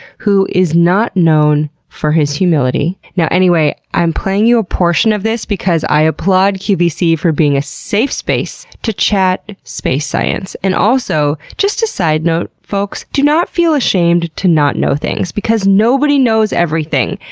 who is not known for his humility. anyway, i'm playing you a portion of this because i applaud qvc for being a safe space to chat space science. and also just a side note folks, do not feel ashamed to not know things because nobody knows everything,